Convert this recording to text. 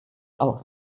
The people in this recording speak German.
aus